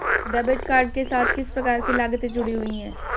Debit card के साथ किस प्रकार की लागतें जुड़ी हुई हैं?